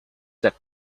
that